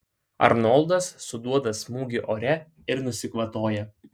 arnoldas suduoda smūgį ore ir nusikvatoja